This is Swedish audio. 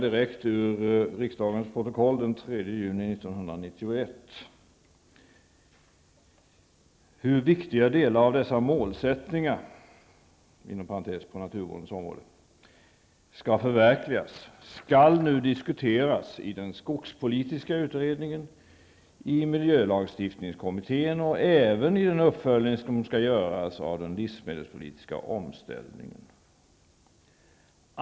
I riksdagens protokoll från den 3 juni 1991 sägs följande: ''Hur viktiga delar av dessa målsättningar'' ''skall förverkligas skall nu diskuteras i den skogspolitiska utredningen, i miljölagstiftningskommittén och även i den uppföljning som skall göras av den livsmedelspolitiska omställningen.